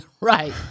right